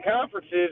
conferences